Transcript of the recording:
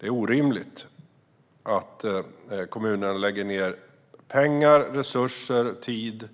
Det är orimligt att kommunen ska lägga ned pengar, resurser och tid